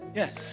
yes